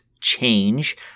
change